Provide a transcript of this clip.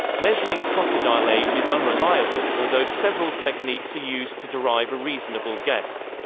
measuring crocodile age is unreliable, although several techniques are used to derive a reasonable guess.